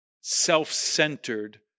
self-centered